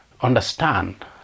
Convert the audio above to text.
understand